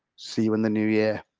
see you in the new year.